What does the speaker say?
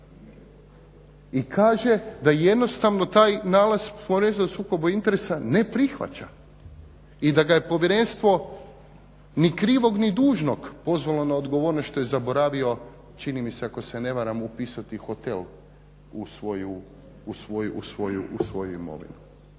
I kaže da jednostavno taj nalaz Povjerenstva o sukobu interesa ne prihvaća i da ga je Povjerenstvo ni krivog ni dužnog pozvalo na odgovornost što je zaboravio čini mi se ako se ne varam upisati hotel u svoju imovinu.